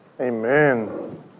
Amen